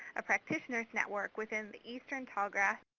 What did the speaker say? a practitioners' network within the eastern tallgrass,